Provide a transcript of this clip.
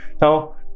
Now